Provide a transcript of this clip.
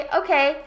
okay